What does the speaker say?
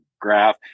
graph